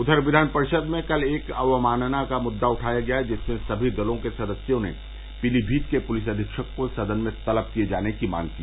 उधर विधान परिशद में कल एक अवमानना का मुद्दा उठाया गया जिसमें सभी दल के सदस्यों ने पीलीभीत के पुलिस अधीक्षक को सदन में तलब किये जाने की मांग की